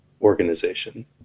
organization